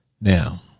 now